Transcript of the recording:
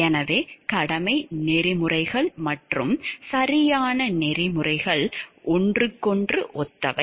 எனவே கடமை நெறிமுறைகள் மற்றும் சரியான நெறிமுறைகள் ஒன்றுக்கொன்று ஒத்தவை